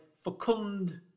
fecund